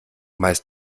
meist